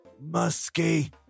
musky